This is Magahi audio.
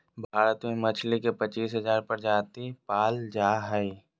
भारत में मछली के पच्चीस हजार प्रजाति पाल जा हइ